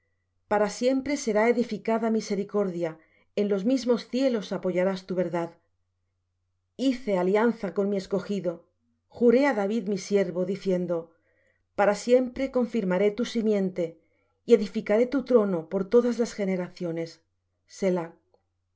para siempre será edificada misericordia en los mismos cielos apoyarás tu verdad hice alianza con mi escogido juré á david mi siervo diciendo para siempre confirmaré tu simiente y edificaré tu trono por todas las generaciones